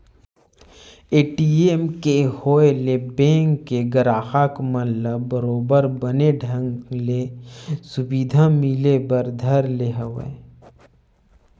ATM के होय ले बेंक के गराहक मन ल बरोबर बने ढंग ले सुबिधा मिले बर धर ले हवय